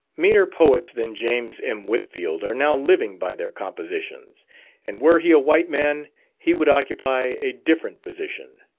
meaner poets than james m. whitfield, are now living by their compositions and were he a white man he would occupy a different position.